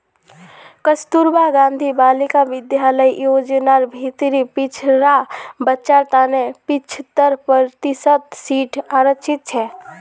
कस्तूरबा गांधी बालिका विद्यालय योजनार भीतरी पिछड़ा बच्चार तने पिछत्तर प्रतिशत सीट आरक्षित छे